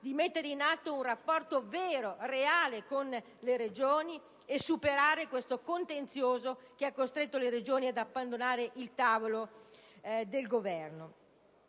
di mettere in atto un rapporto vero e reale con le Regioni e superare questo contenzioso che le ha costrette ad abbandonare il tavolo del Governo.